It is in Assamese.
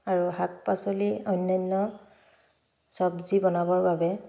আৰু শাক পাচলি অন্যান্য চব্জি বনাবৰ বাবে